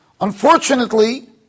Unfortunately